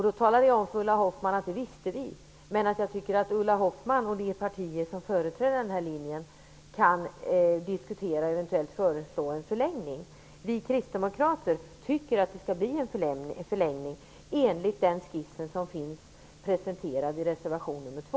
Då talade jag om för Ulla Hoffmann att det visste vi, men att jag tyckte att Ulla Hoffmann och de partier som företräder den här linjen kan diskutera och eventuellt föreslå en förlängning. Vi kristdemokrater tycker att det skall bli en förlängning enligt den skiss som finns presenterad i reservation nr 2.